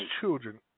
children